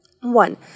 One